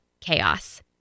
chaos